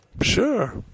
Sure